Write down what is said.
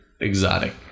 exotic